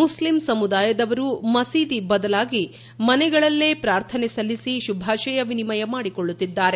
ಮುಸ್ತಿಂ ಸಮುದಾಯದವರು ಮಸೀದಿ ಬದಲಾಗಿ ಮನೆಗಳಲ್ಲೇ ಪ್ರಾರ್ಥನೆ ಸಲ್ಲಿಸಿ ಶುಭಾಶಯ ವಿನಿಮಯ ಮಾಡಿಕೊಳ್ಳುತ್ತಿದ್ದಾರೆ